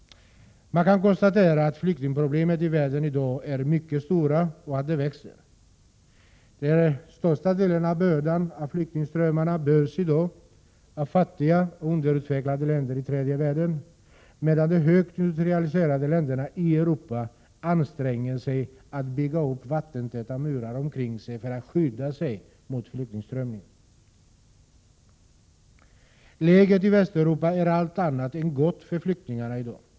Man kan konstatera att flyktingproblemen i världen i dag är mycket stora och att de växer. Bördan när det gäller flyktingströmmarna bärs i dag huvudsakligen av fattiga och underutvecklade länder i tredje världen, medan de högt industrialiserade länderna i Europa anstränger sig att bygga upp vattentäta murar omkring sig för att skydda sig mot flyktingtillströmningen. Läget i Västeuropa är allt annat än gott för flyktingarna i dag.